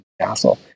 castle